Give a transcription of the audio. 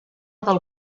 del